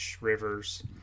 Rivers